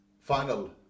Final